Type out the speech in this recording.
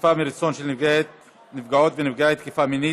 חשיפה מרצון של נפגעות ונפגעי תקיפה מינית),